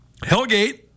Hellgate